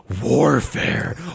warfare